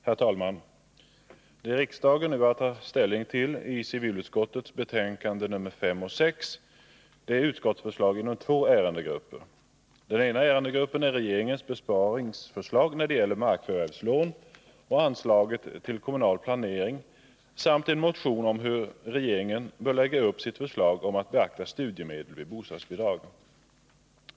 Herr talman! Det riksdagen nu har att ta ställning till i civilutskottets betänkanden nr 5 och 6 är utskottsförslag inom två ärendegrupper. Den ena ärendegruppen är regeringens besparingsförslag när det gäller markförvärvslån och anslaget till kommunal planering samt en motion om hur regeringen bör lägga upp sitt förslag om att beakta studiemedel vid bostadsbidrag.